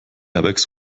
airbags